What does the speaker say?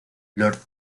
lord